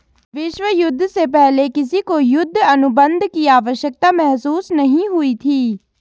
विश्व युद्ध से पहले किसी को युद्ध अनुबंध की आवश्यकता महसूस नहीं हुई थी